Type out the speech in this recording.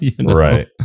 Right